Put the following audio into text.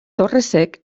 torresek